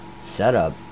setup